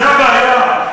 זו הבעיה,